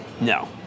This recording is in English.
No